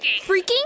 Freaking